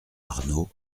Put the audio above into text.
arnault